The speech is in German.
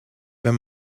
wenn